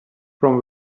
from